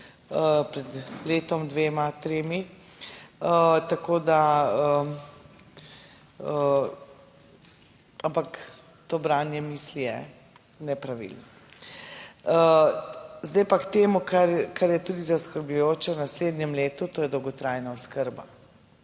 pred letom 2003. Ampak to branje misli je nepravilno. Zdaj pa k temu, kar je tudi zaskrbljujoče v naslednjem letu, to je dolgotrajna oskrba.